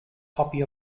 copy